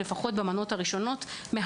(לפחות במנות הראשונות של התרכיב,